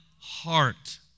heart